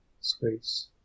space